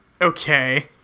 Okay